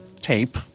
tape